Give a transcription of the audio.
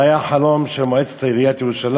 זה היה החלום של מועצת עיריית ירושלים,